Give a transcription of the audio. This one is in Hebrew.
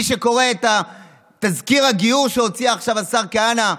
מי שקורא את תזכיר הגיור שהוציא עכשיו השר כהנא,